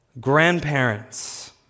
grandparents